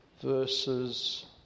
verses